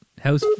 house